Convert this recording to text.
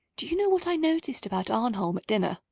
do you know what i noticed about arnholm at dinner?